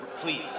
please